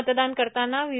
मतदान करतांना व्ही